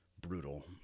brutal